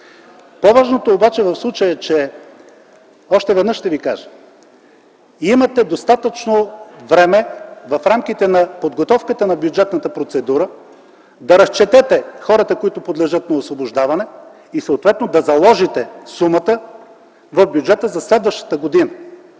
по-важното е, че имате достатъчно време в рамките на подготовката на бюджетната процедура да разчетете хората, подлежащи на освобождаване, и съответно да заложите сумата в бюджета за следващата година.